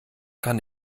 kann